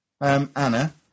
Anna